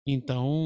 Então